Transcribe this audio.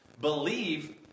believe